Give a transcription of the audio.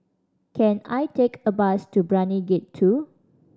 can I take a bus to Brani Gate Two